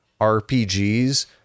rpgs